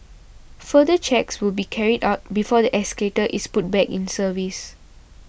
further checks will be carried out before the escalator is put back in service